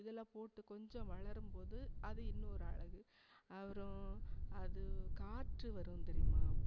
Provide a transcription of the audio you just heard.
இதெல்லாம் போட்டு கொஞ்சம் வளரும்போது அது இன்னொரு அழகு அப்புறோம் அது காற்று வரும் தெரியுமா